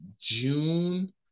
June